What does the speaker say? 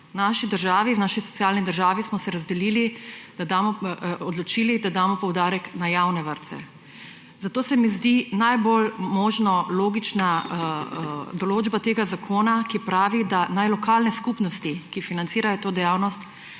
V naši državi, v naši socialni državi smo se odločili, da damo poudarek na javne vrtce. Zato se mi zdi najbolj možno logična določba tega zakona, ki pravi, da naj lokalne skupnosti, ki financirajo to dejavnost,